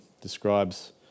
describes